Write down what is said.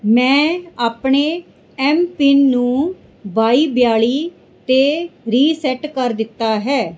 ਮੈਂ ਆਪਣੇ ਐੱਮਪਿੰਨ ਨੂੰ ਬਾਈ ਬਿਆਲ਼ੀ 'ਤੇ ਰੀਸੈਟ ਕਰ ਦਿੱਤਾ ਹੈ